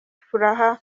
furaha